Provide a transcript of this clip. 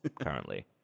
currently